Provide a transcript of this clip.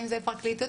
הפרקליטות,